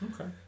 Okay